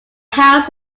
house